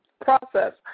process